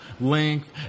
length